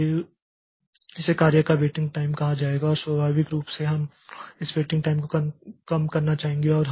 इसलिए इसे कार्य का वेटिंग टाइम कहा जाएगा और स्वाभाविक रूप से हम इस वेटिंग टाइम को कम करना चाहेंगे